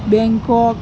Bangkok